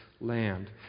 land